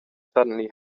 suddenly